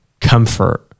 comfort